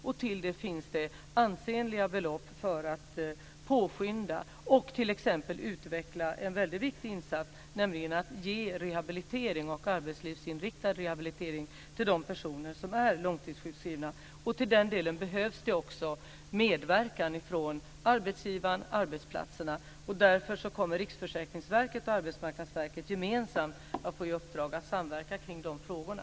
Och det finns ansenliga belopp för att man ska kunna påskynda och t.ex. utveckla en väldigt viktig insats, nämligen att ge rehabilitering och arbetslivsinriktad rehabilitering till de personer som är långtidssjukskrivna. Till den delen behövs det också medverkan från arbetsgivarna och arbetsplatserna. Därför kommer Riksförsäkringsverket och Arbetsmarknadsverket gemensamt att få i uppdrag att samverka kring de frågorna.